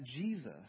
Jesus